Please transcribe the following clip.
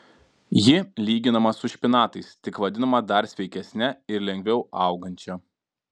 ji lyginama su špinatais tik vadinama dar sveikesne ir lengviau augančia